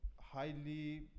highly